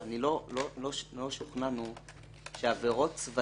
עשינו השבוע- -- במקרים שצריך את הסכמת